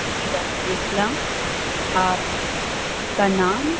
جی وعلیکم السلام آپ کا نام